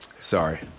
Sorry